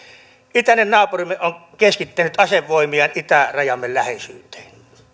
itäinen naapurimme on keskittänyt asevoimiaan itärajamme läheisyyteen